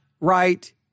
right